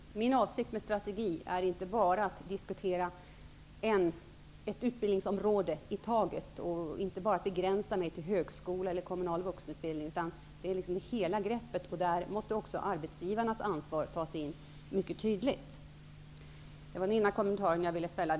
Herr talman! Min avsikt med strategi är inte bara att diskutera ett utbildningsområde i taget. Jag vill inte bara begränsa mig till högskola eller kommunal vuxenutbildning, utan det gäller att ta hela greppet. Där måste också arbetsgivarnas ansvar tas in mycket tydligt. Det var den ena kommentaren jag ville fälla.